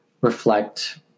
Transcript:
reflect